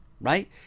right